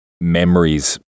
memories